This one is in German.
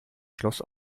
schloss